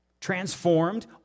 transformed